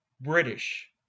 British